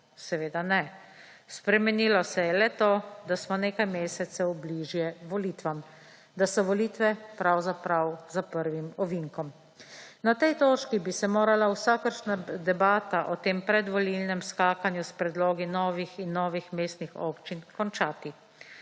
Seveda ne. Spremenilo se je le to, da smo nekaj mesecev bliže volitvam, da so volitve pravzaprav za prvim ovinkom. Na tej točki bi se morala vsakršna debata o tem predvolilnem skakanju s predlogi novih in novih mestnih občin končati.